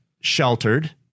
sheltered